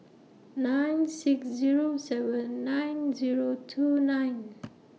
nine six Zero seven nine Zero two nine